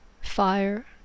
fire